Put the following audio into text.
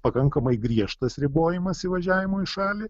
pakankamai griežtas ribojimas įvažiavimo į šalį